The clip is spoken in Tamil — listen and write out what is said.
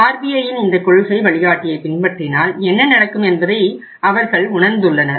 RBIயின் இந்தக் கொள்கை வழிகாட்டியை பின்பற்றினால் என்ன நடக்கும் என்பதை அவர்கள் உணர்ந்துள்ளனர்